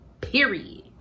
period